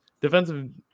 defensive